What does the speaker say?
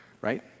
right